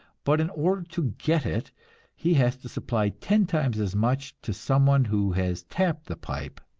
but in order to get it he has to supply ten times as much to some one who has tapped the pipe.